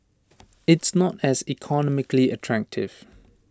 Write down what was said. it's not as economically attractive